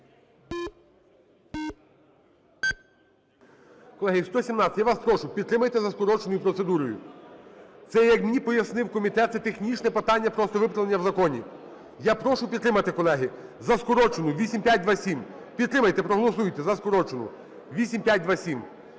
Колеги… я вас прошу, підтримайте за скороченою процедурою. Це, як мені пояснив комітет, це технічне питання, просто виправлення в законі. Я прошу підтримати, колеги, за скорочену, 8527. Підтримайте, проголосуйте за скорочену, 8527.